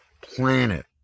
planet